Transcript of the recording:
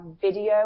video